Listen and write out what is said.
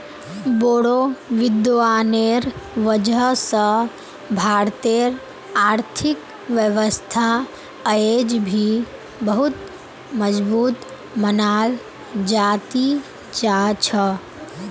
बोड़ो विद्वानेर वजह स भारतेर आर्थिक व्यवस्था अयेज भी बहुत मजबूत मनाल जा ती जा छ